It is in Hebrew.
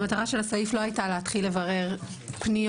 המטרה של הסעיף לא הייתה להתחיל לברר פניות